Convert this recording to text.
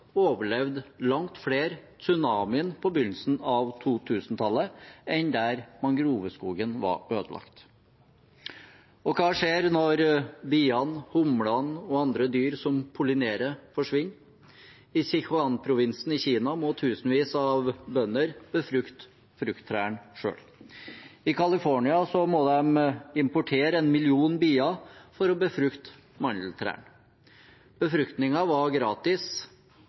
ødelagt. Hva skjer når biene, humlene og andre dyr som pollinerer, forsvinner? I Sichuan-provinsen i Kina må tusenvis av bønder befrukte frukttrærne selv. I California må de importere en million bier for å befrukte mandeltrærne. Befruktningen var gratis